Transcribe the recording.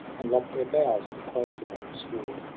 and lopp'd their boughs, and clove them on the sward,